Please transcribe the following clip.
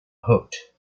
hooked